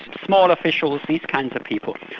small officials, these kinds of people.